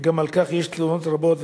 וגם על כך יש תלונות רבות.